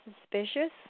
suspicious